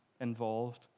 involved